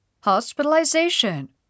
Hospitalization